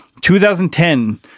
2010